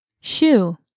Shoe